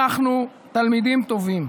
אנחנו תלמידים טובים.